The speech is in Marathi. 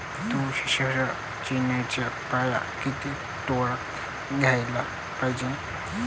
तुषार सिंचनाचे पाइप किती ठोकळ घ्याले पायजे?